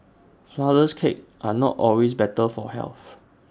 Flourless Cakes are not always better for health